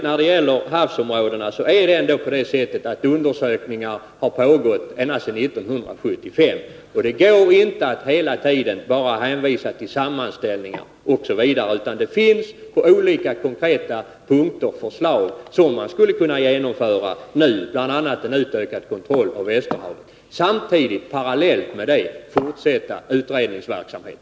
När det gäller havsområdena har dock undersökningar pågått ända sedan 1975. Det går inte att hela tiden bara hänvisa till sammanställningar m.m. På olika konkreta punkter finns det förslag som skulle kunna genomföras nu, bl.a. en ökad kontroll av Västerhavet och parallellt därmed fortsatt utredningsverksamhet.